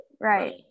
Right